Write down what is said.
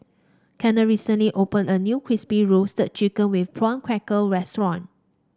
Kennard recently opened a new Crispy Roasted Chicken with prawn cracker restaurant